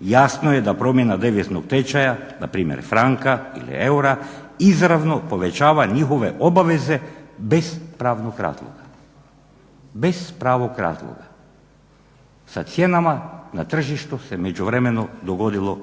jasno je da promjena deviznog tečaja, npr. franka ili eura izravno povećava njihove obaveze bez pravog razloga sa cijenama se na tržištu u međuvremenu se nije dogodilo